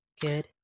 Good